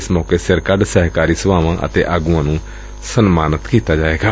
ਇਸ ਮੌਕੇ ਸਿਰ ਕੱਢ ਸਹਿਕਾਰੀ ਸਭਾਵਾਂ ਅਤੇ ਆਗੁਆਂ ਨੂੰ ਸਨਮਾਨਿਤ ਵੀ ਕੀਤਾ ਜਾਏਗਾ